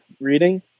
reading